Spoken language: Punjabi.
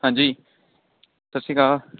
ਹਾਂਜੀ ਸਤਿ ਸ਼੍ਰੀ ਅਕਾਲ